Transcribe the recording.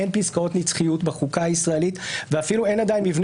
אין פסקאות נצחיות בחוקה הישראלית ואפילו אין עדיין מבנה